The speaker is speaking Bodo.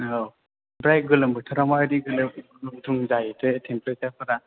औ ओमफ्राय गोलोम बोथोराव माबायदि गोलोमो गुदुं जाहैयोथाय एसे टेमपारेचारफोरा